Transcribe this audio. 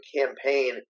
campaign